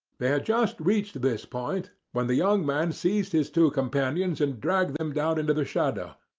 they had just reached this point when the young man seized his two companions and dragged them down into the shadow,